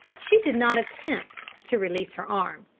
she did not attempt to release her arm.